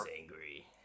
angry